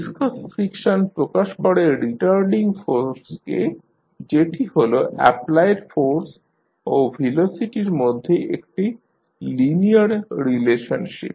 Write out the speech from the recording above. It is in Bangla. ভিসকাস ফ্রিকশন প্রকাশ করে রিটারডিং ফোর্সকে যেটি হল অ্যাপ্লায়েড ফোর্স ও ভেলোসিটির মধ্যে একটি লিনিয়ার রিলেশনশিপ